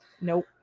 Nope